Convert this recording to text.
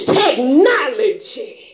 technology